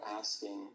asking